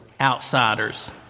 outsiders